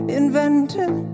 invented